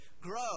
grow